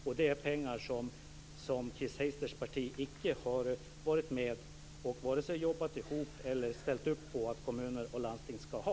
Det är pengar som Chris Heisters parti icke har varit med om att vare sig jobba ihop eller ställt upp på att kommuner och landsting skall ha.